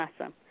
Awesome